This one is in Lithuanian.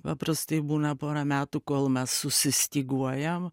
paprastai būna porą metų kol mes susistyguojam